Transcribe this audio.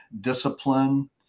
discipline